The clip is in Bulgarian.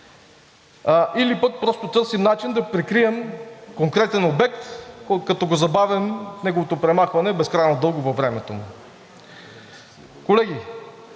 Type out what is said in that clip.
или пък просто търсим начин да прикрием конкретен обект, като забавим неговото премахване безкрайно дълго във времето? Колеги,